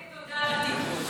צודק, תודה על התיקון.